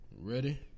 ready